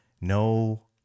no